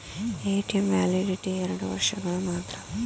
ATM validity ಎರಡು ವರ್ಷಗಳು ಮಾತ್ರ